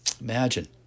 Imagine